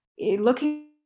looking